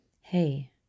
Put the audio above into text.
Hey